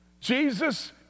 Jesus